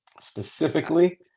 Specifically